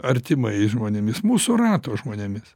artimais žmonėmis mūsų rato žmonėmis